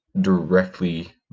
directly